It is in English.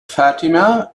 fatima